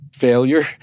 Failure